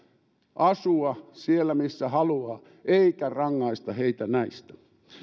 asua siellä missä haluaa eikä rangaista heitä näistä